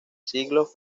siglos